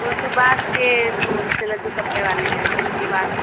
तो सुभाष के होलसेलर जो कपड़े वाले हैं सुभाष